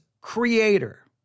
creator